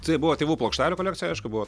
tai buvo tėvų plokštelių kolekcija aišku buvo